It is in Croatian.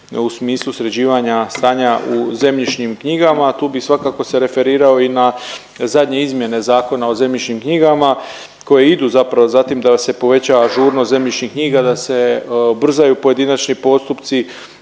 u smislu sređivanja stanja u zemljišnim knjigama. Tu bi svakako se referirao i na zadnje izmjene Zakona o zemljišnim knjigama koje idu zapravo za tim da se poveća ažurnost zemljišnih knjiga, da se ubrzaju pojedinačni postupci